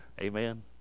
amen